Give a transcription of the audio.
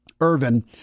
Irvin